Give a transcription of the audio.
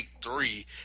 three